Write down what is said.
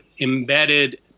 embedded